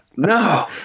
no